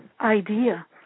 idea